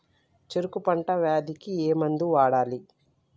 చెరుకు పంట వ్యాధి కి ఏ మందు వాడాలి?